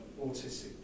autistic